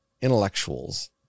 intellectuals